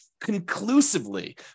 conclusively